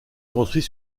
construit